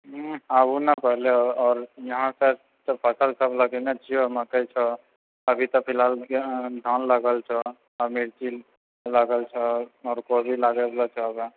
आबू ने पहिले और इहाॅं फसल सब लगेने छियै मकइ छै अभी तऽ फिलहाल धान लगल छ मिर्ची लगल छ और कोबी लगेले छ आगा